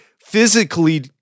physically